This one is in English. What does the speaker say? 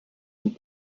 and